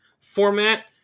format